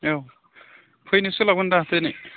औ फैनो सोलाबगोन दा दिनै